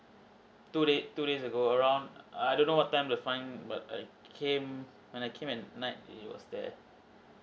two days two days ago around err I don't know what time the fine but I came when I came at night it was there